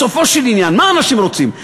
בסופו של עניין, מה אנשים רוצים?